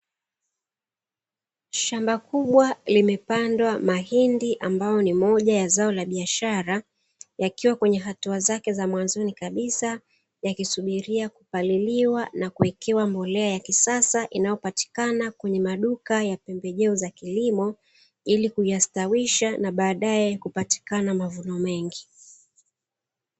Shamba kubwa limepandwa mahindi ambayo ni moja ya zao la biashara, yakiwa katika hatua zake za mwanzoni kabisa; yakisubiria kupaliliwa na kuwekewa mbolea ya kisasa; inayopatikana kwenye maduka ya pembejeo za kilimo ili kuyastawisha na badaye kupatikana mavuno mengi.